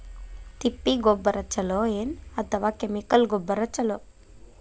ತಿಪ್ಪಿ ಗೊಬ್ಬರ ಛಲೋ ಏನ್ ಅಥವಾ ಕೆಮಿಕಲ್ ಗೊಬ್ಬರ ಛಲೋ?